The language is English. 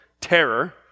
terror